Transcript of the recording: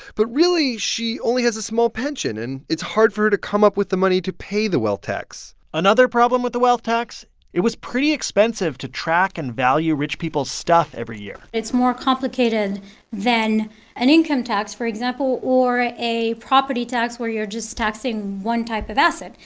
but really, she only has a small pension, and it's hard for her to come up with the money to pay the wealth tax another problem with the wealth tax it was pretty expensive to track and value rich people's stuff every year it's more complicated than an income tax, for example, or ah a property tax where you're just taxing one type of asset.